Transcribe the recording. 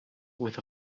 with